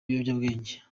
ibiyobyabwenge